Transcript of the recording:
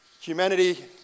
Humanity